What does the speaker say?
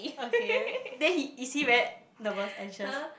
okay then he is he very nervous anxious